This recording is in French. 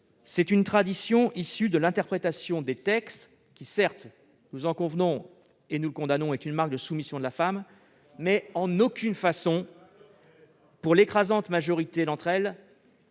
C'est une tradition issue de l'interprétation des textes qui, certes- nous en convenons et nous le condamnons -, est une marque de soumission de la femme. Mais, pour l'immense majorité d'entre elles,